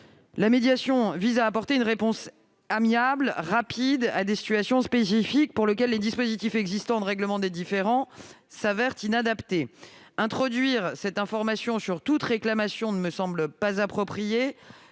la médiation vise à apporter une réponse amiable rapide à des situations spécifiques pour lesquelles les dispositifs existants de règlement des différends se révèlent inadaptés. Introduire cette information sur toute réclamation ne me semble pas approprié